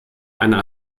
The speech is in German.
einer